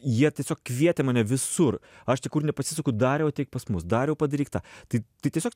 jie tiesiog kvietė mane visur aš tik kur nepasisuku dariau ateik pas mus dariau padaryk tą tai tai tiesiog